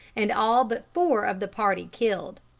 and all but four of the party killed.